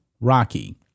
Rocky